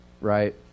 right